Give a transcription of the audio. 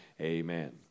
Amen